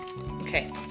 okay